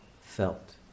felt